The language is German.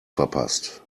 verpasst